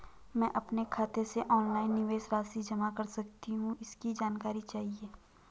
मैं अपने खाते से ऑनलाइन निवेश राशि जमा कर सकती हूँ इसकी जानकारी चाहिए?